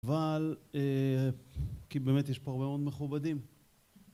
אבל כי באמת יש פה הרבה מאוד מכובדים